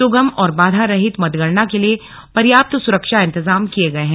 सुगम और बाधा रहित मतगणना के लिए पर्याप्त सुरक्षा इंतजाम किए गए हैं